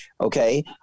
okay